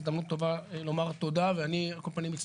זו הזדמנות טובה לומר תודה ואני על כל